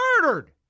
murdered